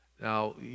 Now